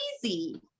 crazy